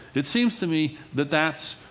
it seems to me that that's